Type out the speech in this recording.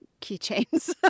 keychains